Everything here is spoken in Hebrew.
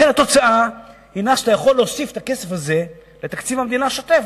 לכן התוצאה היא שאתה יכול להוסיף את הכסף הזה לתקציב המדינה השוטף,